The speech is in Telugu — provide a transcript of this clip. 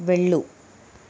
వెళ్ళుము